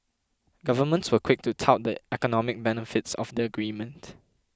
governments were quick to tout the economic benefits of the agreement